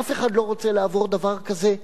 אף אחד לא רוצה לעבור דבר כזה סתם.